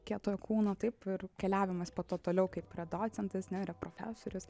kietojo kūno taip ir keliavimas po to toliau kaip prie docentas ne yra profesorius